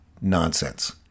Nonsense